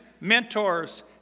mentors